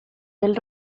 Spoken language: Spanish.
del